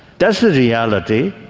that's the reality.